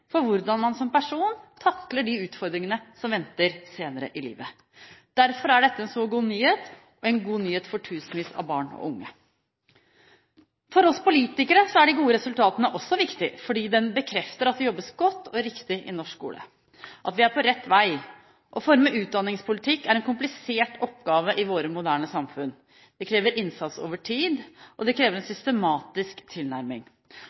for hvordan man som person takler de utfordringene som venter senere i livet. Derfor er dette en så god nyhet for tusenvis av barn og unge. For oss politikere er de gode resultatene også viktig, fordi de bekrefter at vi jobber godt og riktig i norsk skole – at vi er på rett vei. Å forme utdanningspolitikk er en komplisert oppgave i våre moderne samfunn. Det krever innsats over tid, og det krever en systematisk tilnærming.